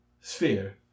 Sphere